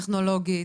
טכנולוגית,